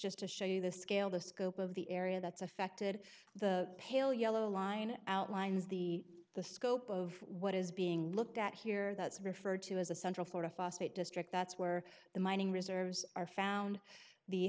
just to show you the scale the scope of the area that's affected the pale yellow line outlines the the scope of what is being looked at here that's referred to as a central florida phosphate district that's where the mining reserves are found the